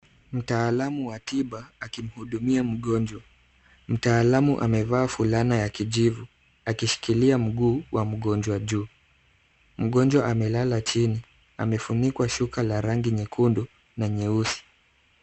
Mtaalamu wa tiba akimuhudumia mgonjwa. Mtaalamu amevaa fulana ya kijivu akishikilia mguu wa mgonjwa juu. Mgonjwa amelala chini. Amefunikwa shuka la rangi nyekundu na nyeusi.